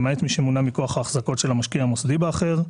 למעט מי שמונה מכוח האחזקות של המשקיע המוסדי באחר.